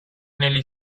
negli